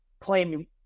claim